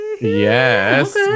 Yes